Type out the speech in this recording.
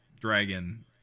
Dragon